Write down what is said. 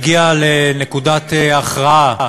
הגיע לנקודת הכרעה